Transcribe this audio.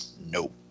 Nope